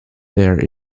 there